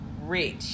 rich